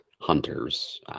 hunters